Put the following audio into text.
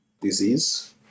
disease